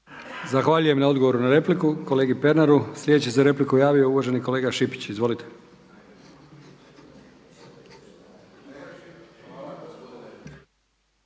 Zahvaljujem na odgovoru na repliku kolegi Pernaru. Slijedeći za repliku se javio uvaženi kolega Šipić. Izvolite.